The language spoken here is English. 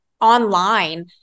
online